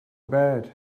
bad